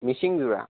মিচিং যোৰা